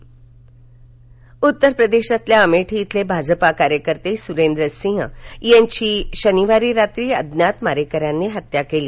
हत्या उत्तर प्रदेशातल्या अमेठी शिले भाजपा कार्यकर्ते सुरेंद्र सिंह यांची शनिवारी रात्री अज्ञात मारेकऱ्यांनी हत्या केली